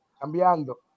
cambiando